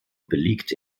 belegte